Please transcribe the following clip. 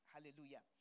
Hallelujah